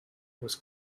was